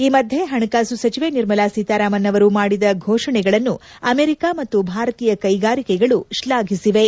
ಈ ಮಧ್ಯೆ ಹಣಕಾಸು ಸಚಿವ ನಿರ್ಮಲಾ ಸೀತಾರಾಮನ್ ಅವರು ಮಾಡಿದ ಘೋಷಣೆಗಳನ್ನು ಅಮೆರಿಕ ಮತ್ತು ಭಾರತೀಯ ಕೈಗಾರಿಕೆಗಳು ಶ್ಲಾಘಿಸಿವೆ